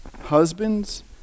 Husbands